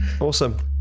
Awesome